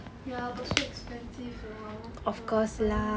ya but so expensive for one crab